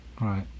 right